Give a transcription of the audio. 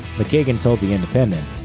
mckagan told the independent,